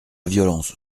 violence